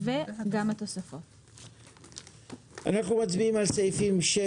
אנחנו מצביעים על סעיפים 6,